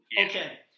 Okay